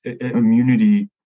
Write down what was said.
immunity